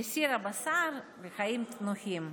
לסיר הבשר ולחיים נוחים.